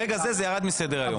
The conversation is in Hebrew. ברגע זה, זה ירד מסדר היום.